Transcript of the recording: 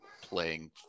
playing